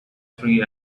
free